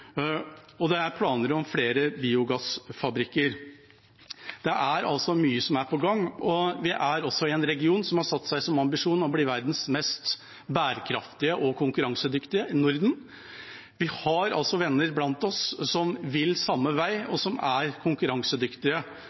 og det er planer om flere biogassfabrikker. Det er altså mye som er på gang, og vi er også en region som har satt seg som ambisjon å bli verdens mest bærekraftige og konkurransedyktige: Norden. Vi har venner blant oss som vil samme vei, som er konkurransedyktige, og som satser på litt ulike sektorer. Vi er